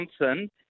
Johnson